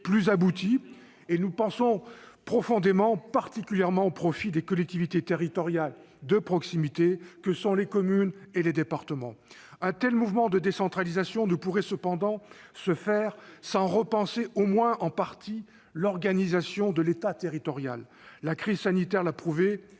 plus aboutie, plus particulièrement, selon nous, au profit des collectivités territoriales de proximité que sont les communes et les départements. Un tel mouvement de décentralisation ne pourrait cependant se faire sans repenser, au moins en partie, l'organisation de l'État territorial. La crise sanitaire a prouvé